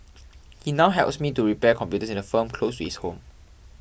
he now helps me to repair computers in a firm close to his home